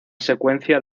secuencia